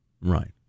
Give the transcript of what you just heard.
Right